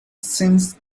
since